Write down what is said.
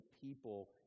people